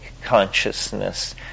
consciousness